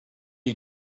you